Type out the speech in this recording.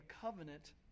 covenant